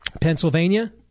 Pennsylvania